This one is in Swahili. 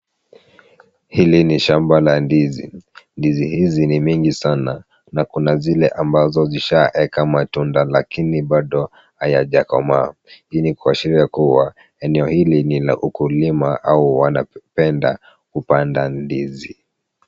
Hili ni shamba la ndizi. Ndizi hizi ni mingi sana na kuna zile ambazo zishaweka matunda lakini bado hayajakomaa. Hii ni kuashiria kuwa eneo hili ni la ukulima au wanapenda kupanda ndizi.